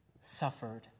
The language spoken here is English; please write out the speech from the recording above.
suffered